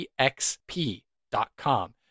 exp.com